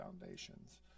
foundations